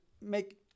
make